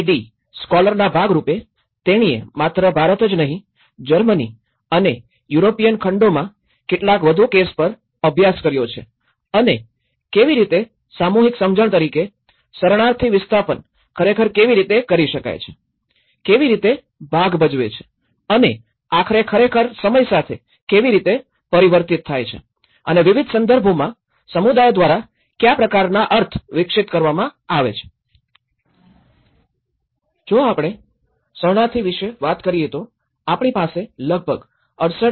DAAD scholar ના ભાગ રૂપે તેણીએ માત્ર ભારત જ નહીં જર્મની અને યુરોપિયન ખંડોમાં કેટલાક વધુ કેસ પર અભ્યાસ કર્યો છે અને કેવી રીતે સામૂહિક સમજણ તરીકે શરણાર્થી વિસ્થાપન ખરેખર કેવી રીતે કરી શકાય છે કેવી રીતે ભાગ ભજવે છે અને આખરે ખરેખર સમય સાથે કેવી રીતે પરિવર્તિત થાય છે અને વિવિધ સંદર્ભોમાં સમુદાયો દ્વારા કયા પ્રકારનાં અર્થ વિકસિત કરવામાં આવે છે જો આપણે શરણાર્થી વિષે વાત કરીયે તોઆપણી પાસે લગભગ ૬૮